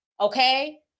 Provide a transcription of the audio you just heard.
okay